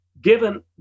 given